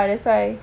ya that's why